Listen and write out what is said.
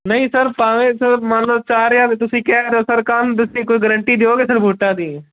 ਨਹੀਂ ਸਰ ਭਾਵੇਂ ਸਰ ਮੰਨ ਲਓ ਚਾਰ ਹਜ਼ਾਰ ਦੇ ਤੁਸੀਂ ਕਹਿ ਰਹੇ ਹੋ ਸਰ ਕੱਲ੍ਹ ਨੂੰ ਤੁਸੀਂ ਕੋਈ ਗਰੰਟੀ ਦਿਓਗੇ ਸਰ ਬੂਟਾਂ ਦੀ